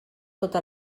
tota